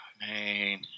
Man